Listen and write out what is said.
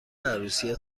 عروسی